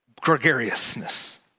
gregariousness